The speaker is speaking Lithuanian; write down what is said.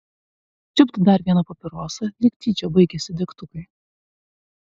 čiupt dar vieną papirosą lyg tyčia baigėsi degtukai